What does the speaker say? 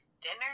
dinner